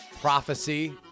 prophecy